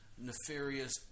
nefarious